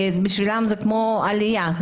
בשבילם זה כמו עלייה,